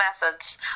methods